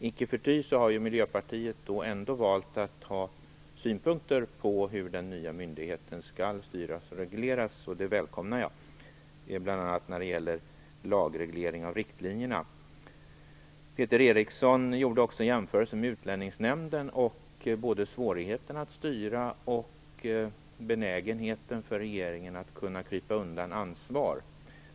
Icke förty har Miljöpartiet ändå valt att ha synpunkter på hur den nya myndigheten skall styras och regleras - och det välkomnar jag - Peter Eriksson gjorde jämförelse med Utlänningsnämnden och påpekade både svårigheten att styra och benägenheten för regeringen att krypa undan ansvar.